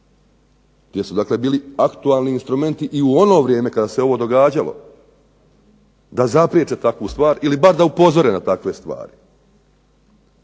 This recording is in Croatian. su dakle bili aktualni instrumenti i u ono vrijeme kada se ovo događalo da zapriječe takvu stvar ili bar da upozore na takve stvari?